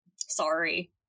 sorry